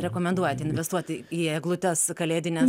rekomenduojat investuoti į eglutes kalėdines